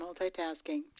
Multitasking